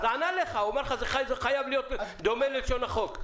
הוא ענה לך שזה חייב להיות דומה ללשון החוק.